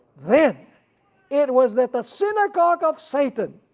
then it was that the synagogue of satan,